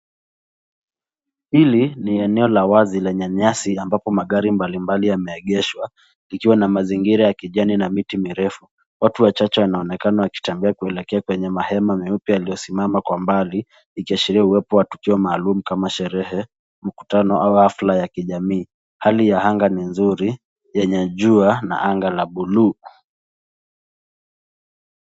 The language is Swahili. Hili ni eneo la wazi lenye nyasi ambapo magari mbalimbali yameegeshwa ikiwa na mazingira ya kijani na miti mirefu. Watu wachache wanaonekana wakitembea kuelekea kwenye mahema meupe yaliyosimama kwa mbali, ikiashiria uwepo wa tukio maalum kama sherehe, mkutano au hafla ya kijamii. Hali ya anga ni nzuri, yenye jua na anga la buluu.